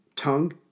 tongue